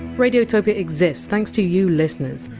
radiotopia exists thanks to you listeners.